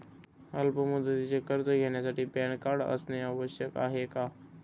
अल्प मुदतीचे कर्ज घेण्यासाठी पॅन कार्ड असणे आवश्यक आहे का?